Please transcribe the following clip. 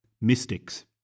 mystics